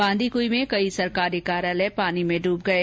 बांदीकुई में कई सरकारी कार्यालय पानी में डुब गये